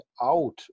out